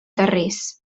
terrers